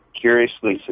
Curiously